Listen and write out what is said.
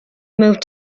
moved